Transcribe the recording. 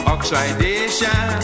Oxidation